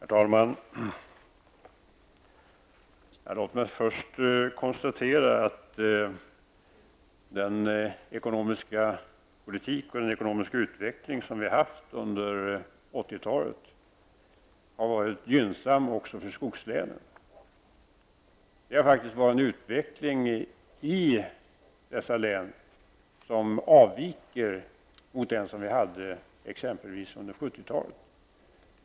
Herr talman! Låt mig först konstatera att den ekonomiska politik och ekonomiska utveckling vi haft under 80-talet varit gynnsam också för skogslänen. Det har faktiskt skett en utveckling i dessa län som avviker mot den som vi hade exempelvis under 70-talet.